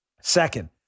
Second